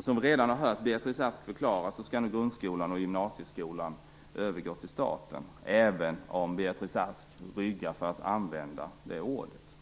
Som vi redan har hört Beatrice Ask förklara skall grundskolan och gymnasieskolan övergå till staten, även om Beatrice Ask ryggar för att använda det ordet.